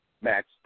Max